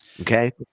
Okay